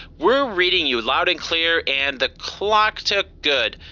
we're reading you loud and clear and the clock took good.